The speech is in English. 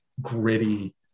gritty